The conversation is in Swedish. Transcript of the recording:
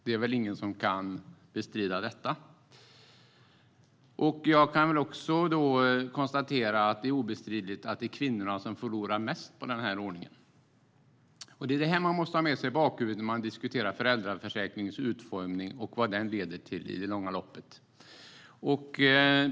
Det kan väl ingen bestrida. Det är även obestridligt att det är kvinnorna som förlorar mest på denna ordning. Detta måste vi ha i bakhuvudet när vi diskuterar föräldraförsäkringens utformning och vad den leder till i det långa loppet.